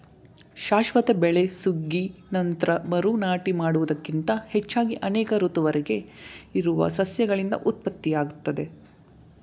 ಶಾಶ್ವತ ಬೆಳೆ ಸುಗ್ಗಿ ನಂತ್ರ ಮರು ನಾಟಿ ಮಾಡುವುದಕ್ಕಿಂತ ಹೆಚ್ಚಾಗಿ ಅನೇಕ ಋತುವರೆಗೆ ಇರುವ ಸಸ್ಯಗಳಿಂದ ಉತ್ಪತ್ತಿಯಾಗ್ತದೆ